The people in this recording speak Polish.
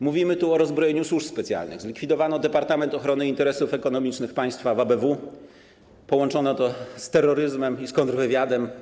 Mówimy tu o rozbrojeniu służb specjalnych, zlikwidowano departament ochrony interesów ekonomicznych państwa w ABW, połączono to z terroryzmem i kontrwywiadem.